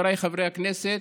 חבריי חברי הכנסת,